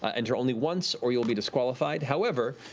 ah enter only once or you will be disqualified. however,